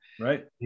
Right